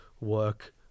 work